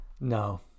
No